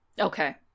Okay